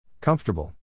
Comfortable